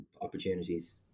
opportunities